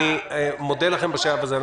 אני מודה לכם בשלב הזה.